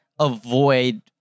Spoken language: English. avoid